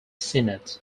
senate